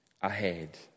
ahead